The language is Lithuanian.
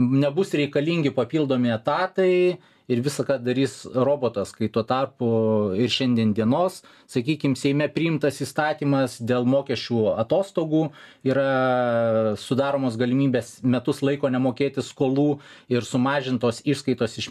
nebus reikalingi papildomi etatai ir visa ką darys robotas kai tuo tarpu ir šiandien dienos sakykim seime priimtas įstatymas dėl mokesčių atostogų yra sudaromos galimybės metus laiko nemokėti skolų ir sumažintos išskaitos iš